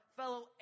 fellow